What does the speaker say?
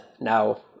now